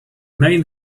main